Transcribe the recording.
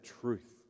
truth